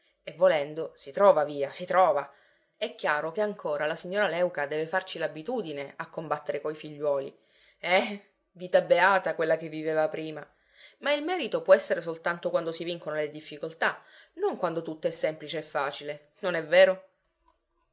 e volendo si trova via si trova è chiaro che ancora la signora léuca deve farci l'abitudine a combattere coi figliuoli eh vita beata quella che viveva prima ma il merito può esser soltanto quando si vincono le difficoltà non quando tutto è semplice e facile non è vero